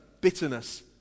bitterness